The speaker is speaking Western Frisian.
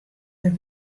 der